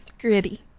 Gritty